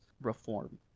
reform